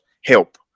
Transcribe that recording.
help